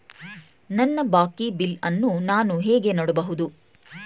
ನನ್ನ ಬಾಕಿ ಬಿಲ್ ಅನ್ನು ನಾನು ಹೇಗೆ ನೋಡಬಹುದು?